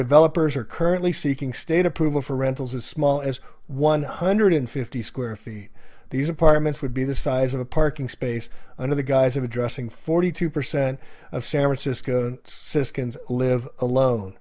developers are currently seeking state approval for rentals as small as one hundred fifty square feet these apartments would be the size of a parking space under the guise of addressing forty two percent of san francisco siskins live alone